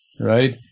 Right